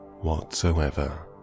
whatsoever